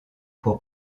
pour